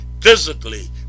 physically